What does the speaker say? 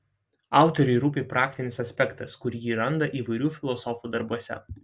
autorei rūpi praktinis aspektas kurį ji randa įvairių filosofų darbuose